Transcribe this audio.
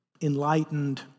enlightened